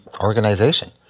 organization